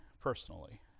personally